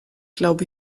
glaube